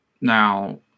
Now